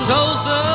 Tulsa